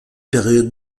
période